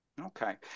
Okay